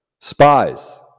spies